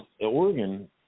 Oregon